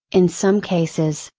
in some cases,